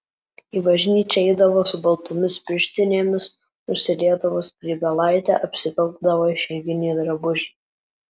į bažnyčią eidavo su baltomis pirštinėmis užsidėdavo skrybėlaitę apsivilkdavo išeiginį drabužį